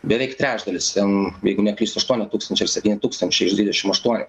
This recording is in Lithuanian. beveik trečdalis ten jeigu neklystu aštuoni tūkstančiai ar septyni tūkstančiai iš dvidešim aštuonių